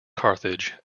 carthage